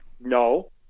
no